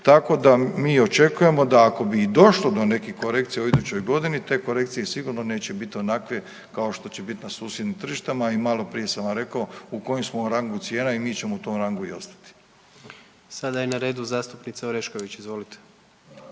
tako da mi očekujemo da ako bi i došlo do nekih korekcija u idućoj godini te korekcije sigurno neće bit onakve kao što će biti na susjednim tržištima i maloprije sam vam rekao u kojem smo rangu cijena i mi ćemo u tom rangu i ostati. **Jandroković, Gordan (HDZ)** Sada je na redu zastupnica Orešković, izvolite.